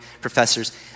professors